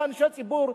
כאנשי ציבור,